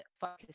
focus